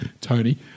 Tony